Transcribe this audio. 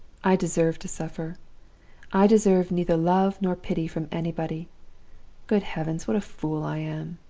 i deserve to suffer i deserve neither love nor pity from anybody good heavens, what a fool i am!